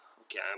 Okay